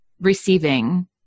receiving